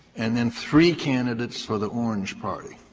and then three candidates for the orange party,